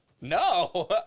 No